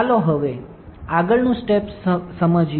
ચાલો હવે આગળનું સ્ટેપ આગળનું સ્ટેપ જોઈએ